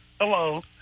hello